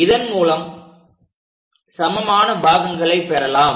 இதன் மூலம் சமமான பாகங்களை பெற முடியும்